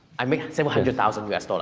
i made several hundred thousand u s. dollars